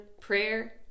Prayer